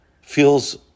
feels